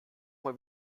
mal